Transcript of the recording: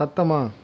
சத்தமாக